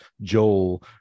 Joel